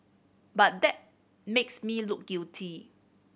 but that makes me look guilty